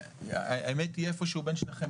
האמת היא שאיפשהו בין שניכם,